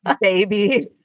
baby